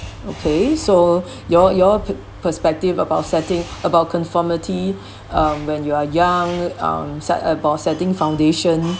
okay so your your per~ perspective about setting about conformity um when you are young um set about setting foundation